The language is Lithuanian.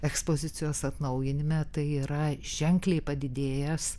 ekspozicijos atnaujinime tai yra ženkliai padidėjęs